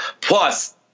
Plus